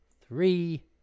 three